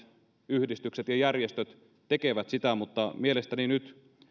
yhdistykset ja järjestöt tekevät sitä mutta mielestäni nyt